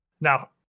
Now